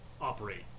operate